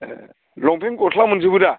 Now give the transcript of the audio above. ए लंपेन्ट गस्ला मोनजोबो दा